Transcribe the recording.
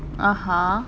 (uh huh)